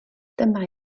dyma